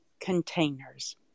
containers